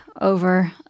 over